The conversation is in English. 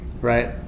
right